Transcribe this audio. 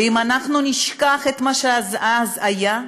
ואם אנחנו נשכח את מה שאז היה,